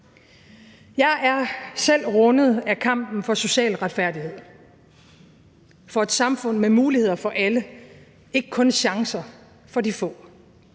Jeg er selv rundet af kampen for social retfærdighed, for et samfund med muligheder for alle, ikke kun chancer for de få,